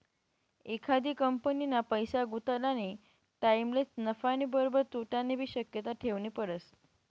एखादी कंपनीमा पैसा गुताडानी टाईमलेच नफानी बरोबर तोटानीबी शक्यता ठेवनी पडस